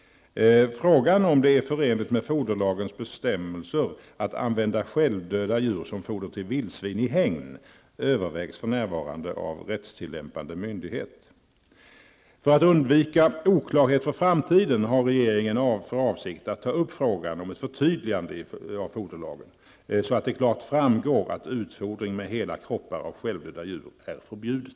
Frågan om det är förenligt med foderlagens bestämmelser att använda självdöda djur som foder till vildsvin i hägn övervägs för närvarande av rättstillämpande myndighet. För att undvika oklarhet för framtiden har regeringen för avsikt att ta upp frågan om ett förtydligande av foderlagen så att det klart framgår att utfodring med hela kroppar av självdöda djur är förbjuden.